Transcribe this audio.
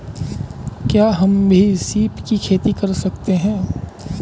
क्या हम भी सीप की खेती कर सकते हैं?